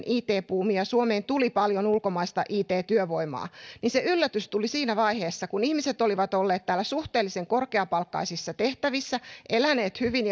it buumi ja suomeen tuli paljon ulkomaista it työvoimaa niin se yllätys tuli siinä vaiheessa kun ihmiset olivat olleet täällä suhteellisen korkeapalkkaisissa tehtävissä eläneet hyvin